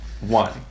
One